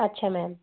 ਅੱਛਾ ਮੈਮ